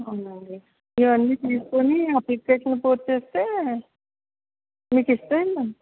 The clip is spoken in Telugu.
ఇవన్నీ తీసుకుని అప్లికేషను పూర్తిచేస్తే మీకు ఇస్తే